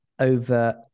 over